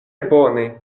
bone